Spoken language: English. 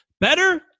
Better